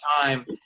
time